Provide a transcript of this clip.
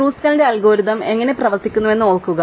ക്രുസ്കലിന്റെ algorithm എങ്ങനെ പ്രവർത്തിക്കുന്നുവെന്ന് ഓർക്കുക